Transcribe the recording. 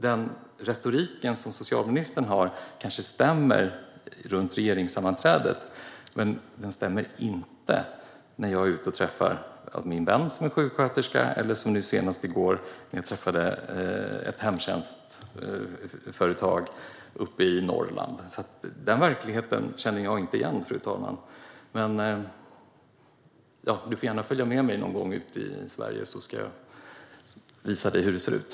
Den retorik som socialministern har kanske stämmer på regeringssammanträdet, men den stämmer inte när jag träffar min vän som är sjuksköterska eller när jag till exempel träffar hemtjänstföretag i Norrland, vilket jag gjorde i går. Jag känner inte igen den verklighet som socialministern beskriver. Hon får gärna följa med mig ut i Sverige någon gång, så ska jag visa hur det ser ut.